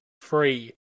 free